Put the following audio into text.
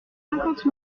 cinquante